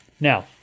Now